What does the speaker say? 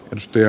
piste